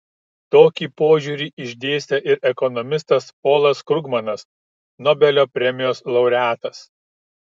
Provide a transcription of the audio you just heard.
tokį požiūrį išdėstė ir ekonomistas polas krugmanas nobelio premijos laureatas